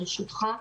ברשותך,